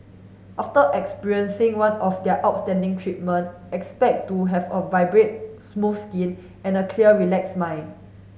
after experiencing one of their outstanding treatment expect to have a vibrate smooth skin and a clear relax mind